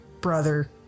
brother